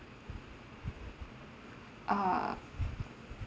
uh